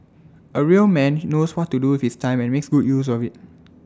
A real man knows what to do with his time and makes good use of IT